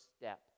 step